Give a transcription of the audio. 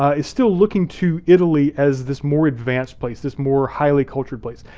ah it's still looking to italy as this more advanced place, this more highly-cultured place.